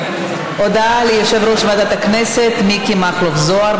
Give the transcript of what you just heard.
הודעה ליושב-ראש ועדת הכנסת מיקי מכלוף זוהר.